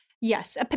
Yes